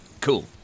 Cool